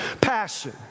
passion